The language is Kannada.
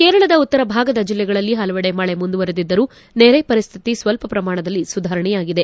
ಕೇರಳದ ಉತ್ತರ ಭಾಗದ ಜಿಲ್ಲೆಗಳಲ್ಲಿ ಹಲವಡೆ ಮಳೆ ಮುಂದುವರೆದಿದ್ದರೂ ನೆರೆ ಪರಿಸ್ಥಿತಿ ಸ್ವಲ್ಪ ಪ್ರಮಾಣದಲ್ಲಿ ಸುಧಾರಣೆಯಾಗಿದೆ